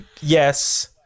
Yes